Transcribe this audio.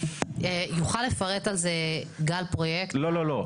יוכל לפרט על זה גל פרויקט --- לא, לא, לא.